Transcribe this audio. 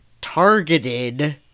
targeted